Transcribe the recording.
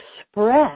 express